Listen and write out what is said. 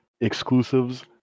exclusives